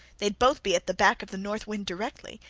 they'd both be at the back of the north wind directly,